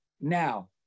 now